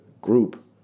group